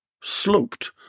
sloped